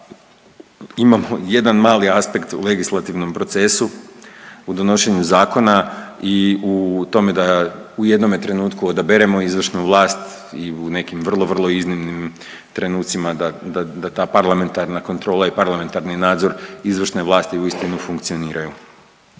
imamo jedan mali aspekt u legislativnom procesu u donošenju zakona i u tome da u jednome trenutku odaberemo izvršnu vlast i u nekim vrlo vrlo iznimnim trenucima da, da, da ta parlamentarna kontrola i parlamentarni nadzor izvršne vlasti uistinu funkcioniraju.